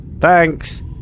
Thanks